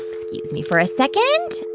excuse me for a second.